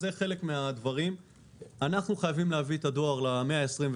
אנחנו חייבים להביא את הדואר למאה ה-21.